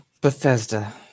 Bethesda